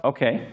Okay